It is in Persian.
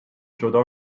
جدا